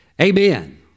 amen